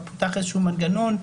פותח איזה מנגנון,